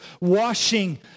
washing